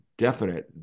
definite